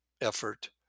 effort